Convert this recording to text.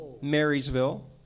Marysville